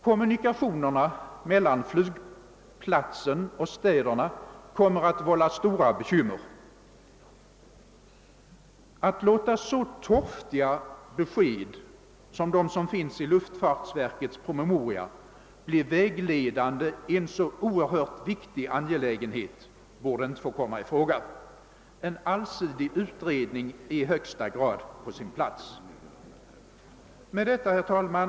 Kommunikationerna mellan flygplatsen och städerna kommer att vålla stora bekymmer. Att låta så torftiga besked som de som finns i luftfartsverkets promemoria bli vägledande i en så oerhört viktig angelägenhet borde inte få komma i fråga. En allsidig utredning är i högsta grad på sin plats. Herr talman!